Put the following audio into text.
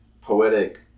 poetic